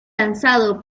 lanzado